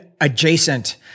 adjacent